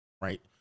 right